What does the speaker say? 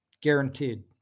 Guaranteed